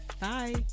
bye